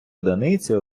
одиниці